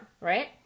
right